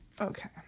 okay